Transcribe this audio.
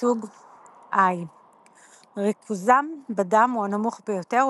מסוג I. ריכוזם בדם הוא הנמוך ביותר,